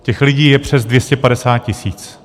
Těch lidí je přes 250 tisíc.